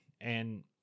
and-